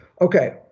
Okay